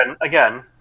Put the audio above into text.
again